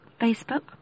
Facebook